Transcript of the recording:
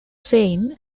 seine